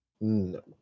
No